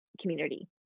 community